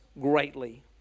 greatly